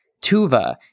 Tuva